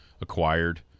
acquired